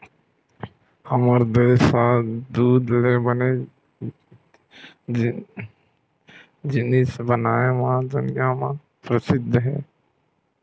हमर देस ह दूद ले बने जिनिस बनाए म दुनिया म परसिद्ध हे